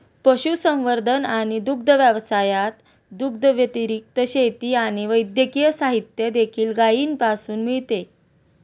पशुसंवर्धन आणि दुग्ध व्यवसायात, दुधाव्यतिरिक्त, शेती आणि वैद्यकीय साहित्य देखील गायीपासून मिळते